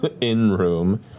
in-room